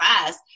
class